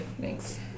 thanks